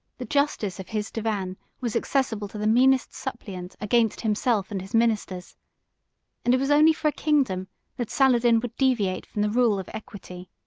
the justice of his divan was accessible to the meanest suppliant against himself and his ministers and it was only for a kingdom that saladin would deviate from the rule of equity.